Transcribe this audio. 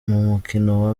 mukino